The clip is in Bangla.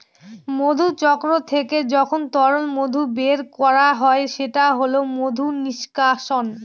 মধুচক্র থেকে যখন তরল মধু বের করা হয় সেটা হল মধু নিষ্কাশন